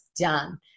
done